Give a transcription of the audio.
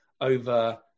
over